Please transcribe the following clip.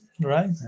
right